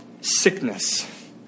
sickness